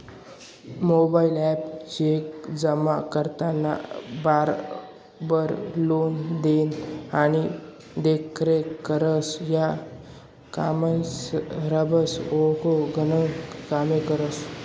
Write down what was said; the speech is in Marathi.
मोबाईल ॲप चेक जमा कराना बराबर लेन देन आणि देखरेख करस, या कामेसबराबर आखो गनच कामे करस